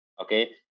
Okay